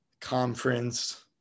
conference